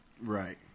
Right